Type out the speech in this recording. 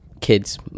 Kids